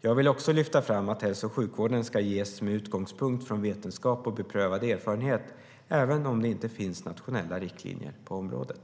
Jag vill också lyfta fram att hälso och sjukvård ska ges med utgångspunkt från vetenskap och beprövad erfarenhet även om det inte finns nationella riktlinjer på området.